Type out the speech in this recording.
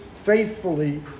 faithfully